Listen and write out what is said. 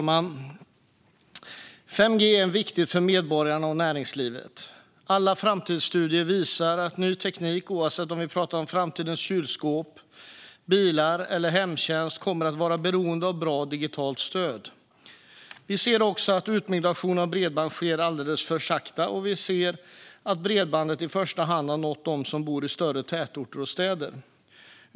Fru talman! 5G är viktigt för medborgarna och näringslivet. Alla framtidsstudier visar att ny teknik, oavsett om vi pratar om framtidens kylskåp, bilar eller hemtjänst, kommer att vara beroende av bra digitalt stöd. Vi ser också att utbyggnaden av bredband sker alldeles för sakta, och vi ser att bredbandet i första hand har nått dem som bor i större tätorter och städer.